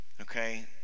Okay